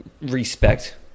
respect